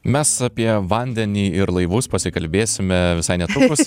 mes apie vandenį ir laivus pasikalbėsime visai netrukus